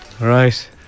Right